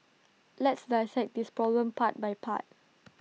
let's dissect this problem part by part